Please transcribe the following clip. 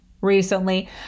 recently